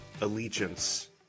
allegiance